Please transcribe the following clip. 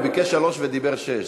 הוא ביקש שלוש ודיבר שש,